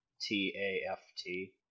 T-A-F-T